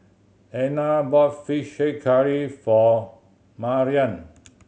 Ena bought Fish Head Curry for Mariann